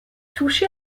touché